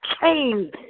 Change